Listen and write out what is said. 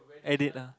edit lah